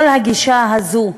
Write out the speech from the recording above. כל הגישה הזאת,